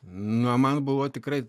nu man buvo tikrai